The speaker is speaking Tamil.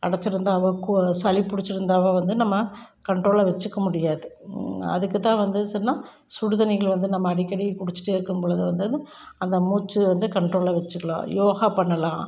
அடைச்சிருந்தாவோ கு சளி பிடிச்சிருந்தாவோ வந்து நம்ம கண்ட்ரோல்லா வச்சிக்க முடியாது அதுக்கு தான் வந்து சொன்னால் சுடுதண்ணிகளை வந்து நம்ம அடிக்கடி குடிச்சிட்டே இருக்கும் பொழுது வந்து அந்த மூச்சு வந்து கண்ட்ரோல்ல வச்சுக்கலாம் யோகா பண்ணலாம்